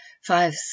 Five